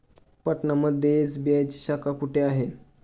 पटना मध्ये एस.बी.आय ची शाखा कुठे आहे?